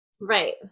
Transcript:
right